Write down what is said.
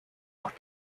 auch